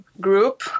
group